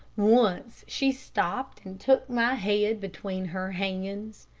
once she stopped and took my head between her hands,